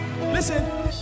Listen